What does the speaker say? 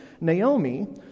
Naomi